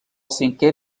cinquè